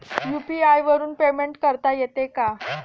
UPI वरून payment करता येते का?